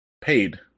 paid